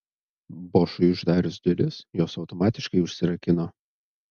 bošui uždarius duris jos automatiškai užsirakino